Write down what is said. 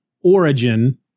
origin